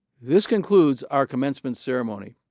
this concludes our commencement ceremony.